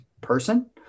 person